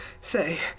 Say